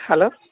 hello